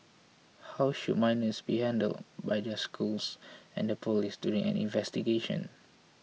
how should minors be handled by their schools and the police during an investigation